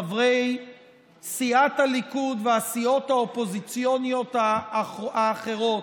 חברי סיעת הליכוד והסיעות האופוזיציוניות האחרות,